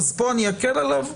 אז פה אני אקל עליו?